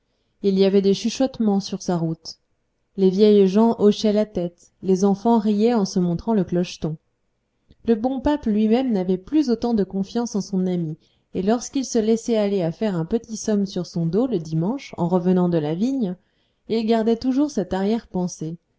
il y avait des chuchotements sur sa route les vieilles gens hochaient la tête les enfants riaient en se montrant le clocheton le bon pape lui-même n'avait plus autant de confiance en son amie et lorsqu'il se laissait aller à faire un petit somme sur son dos le dimanche en revenant de la vigne il gardait toujours cette arrière-pensée